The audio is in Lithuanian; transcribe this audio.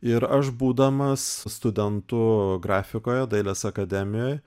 ir aš būdamas studentu grafikoje dailės akademijoj